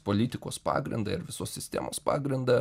politikos pagrindą ir visos sistemos pagrindą